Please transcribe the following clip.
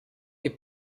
est